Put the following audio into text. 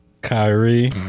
Kyrie